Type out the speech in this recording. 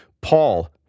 Paul